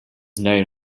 known